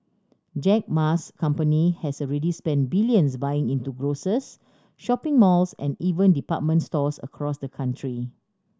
Jack Ma's company has already spent billions buying into grocers shopping malls and even department stores across the country